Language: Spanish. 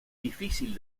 difícil